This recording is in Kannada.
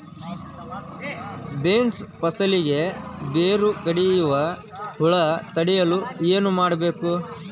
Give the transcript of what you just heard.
ಬೇನ್ಸ್ ಫಸಲಿಗೆ ಬೇರು ಕಡಿಯುವ ಹುಳು ತಡೆಯಲು ಏನು ಮಾಡಬೇಕು?